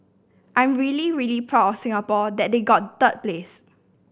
I'm really really proud of Singapore that they got third place